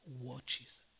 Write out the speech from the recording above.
watches